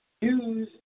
Use